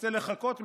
רוצה לחקות מישהו,